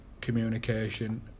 communication